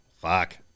Fuck